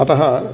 अतः